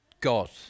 God